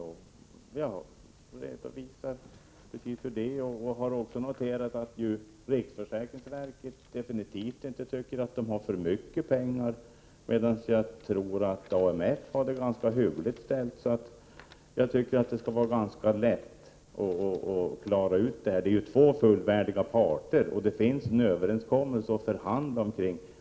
Vi har redovisat det, och vi har också noterat att riksförsäkringsverket definitivt inte tycker att man har för mycket pengar, medan jag tror att AMF har det ganska hyggligt ställt. Jag tycker att det borde vara ganska lätt att klara ut den här frågan. Det handlar om två fullvärdiga parter, och det finns en överenskommelse att förhandla kring.